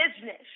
business